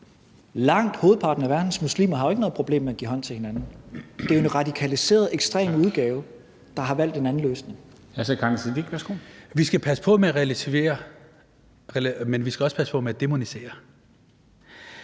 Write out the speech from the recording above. Langt hovedparten af verdens muslimer har jo ikke noget problem med at give hånd til hinanden. Det er en radikaliseret, ekstrem udgave, der har valgt en anden løsning. Kl. 13:29 Formanden (Henrik Dam Kristensen):